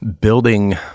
building